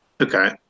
Okay